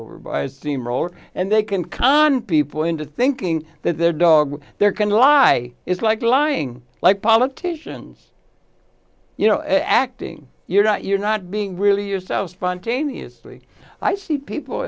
over by steam roller and they can con people into thinking that their dog they're going to lie is like lying like politicians you know acting you're not you're not being really yourself spontaneously i see people